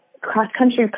cross-country